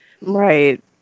Right